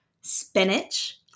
spinach